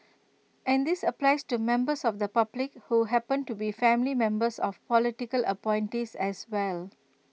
and this applies to members of the public who happen to be family members of political appointees as well